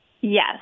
Yes